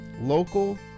local